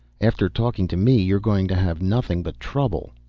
after talking to me you're going to have nothing but trouble.